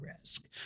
risk